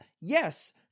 yes